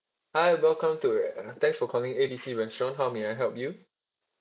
hi welcome to thanks for calling A B C restaurant how may I help you